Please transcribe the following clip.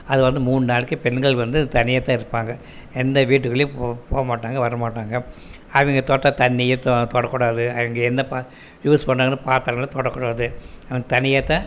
அது வந்து மூணு நாளைக்கு பெண்கள் வந்து தனியாக தான் இருப்பாங்க எந்த வீட்டுக்குள்ளையும் போக போகமாட்டாங்க வரமாட்டாங்க அதுங்கள் தொட்ட தண்ணியை தொ தொடக்கூடாது அவங்க என்ன பா யூஸ் பண்ணிணாங்கனா பாத்திரல்லாம் தொடக் கூடாது அதுங்க தனியாக தான்